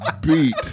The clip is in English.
beat